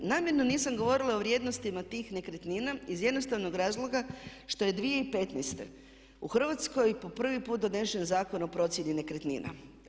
Namjerno nisam govorila o vrijednostima tih nekretnina iz jednostavnog razloga što je 2015. u Hrvatskoj po prvi puta donesen Zakon o procjeni nekretnina.